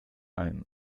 ein